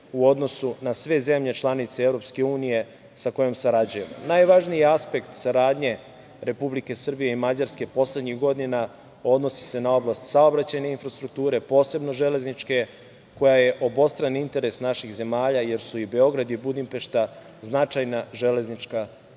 u odnosu na sve zemlje članice EU sa kojom sarađujemo. Najvažniji aspekt saradnje Republike Srbije i Mađarske poslednjih godina odnosi se na oblast saobraćajne infrastrukture, posebno železničke koja je obostrani interes naših zemalja, jer su i Beograd i Budimpešta značajna železnička čvorišta. Obzirom